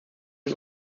ist